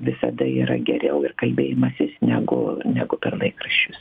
visada yra geriau ir kalbėjimasis negu negu per laikraščius